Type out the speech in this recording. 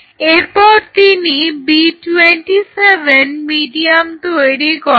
এরপর তিনি B27 medium তৈরি করেন